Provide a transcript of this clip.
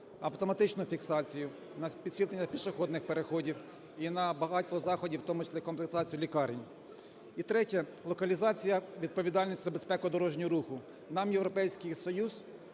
автоматичні фіксацію, на підсвітлення пішохідних переходів і на багато заходів, у тому числі комплектацію лікарень. І третє. Локалізація відповідальності за безпеку дорожнього руху. Нам Європейський Союз,